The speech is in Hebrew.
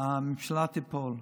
הממשלה תיפול.